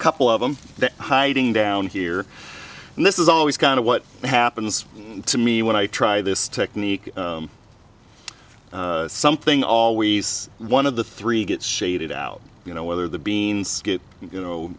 couple of them hiding down here and this is always kind of what happens to me when i try this technique something always one of the three gets shaded out you know whether the beans